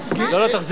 לא, לא, תחזרי בך.